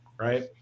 right